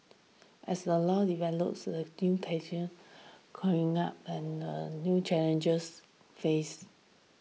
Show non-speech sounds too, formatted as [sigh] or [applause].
as the law develops a new [unintelligible] and new challenges face